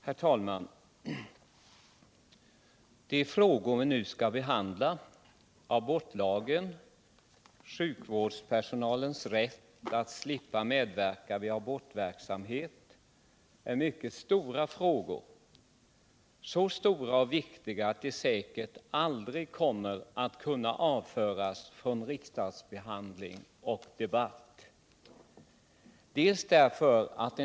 Herr talman! De frågor vi nu skall behandla, abortlagen och sjukvårdspersonalens rätt att slippa medverka vid abortverksamhet, är mycket stora frågor, så stora och viktiga att de säkert aldrig kommer att kunna avföras från riksdagsbehandling och debatt.